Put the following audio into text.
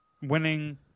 winning